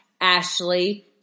Ashley